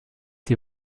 die